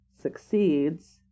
succeeds